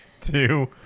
two